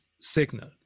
signal